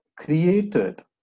created